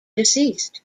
deceased